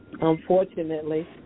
Unfortunately